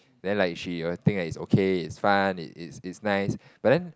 then like she will think it's okay it's fun it's it's nice but then